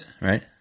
right